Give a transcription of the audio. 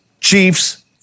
Chiefs